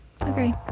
agree